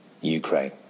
Ukraine